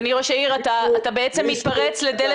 אדוני ראש העיר, אתה בעצם מתפרץ לדלת